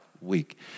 week